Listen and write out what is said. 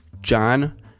John